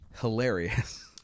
hilarious